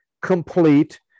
complete